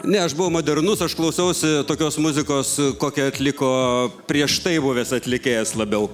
ne aš buvau modernus aš klausausi tokios muzikos kokią atliko prieš tai buvęs atlikėjas labiau